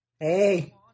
Hey